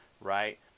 right